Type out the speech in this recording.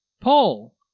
Paul